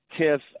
Tiff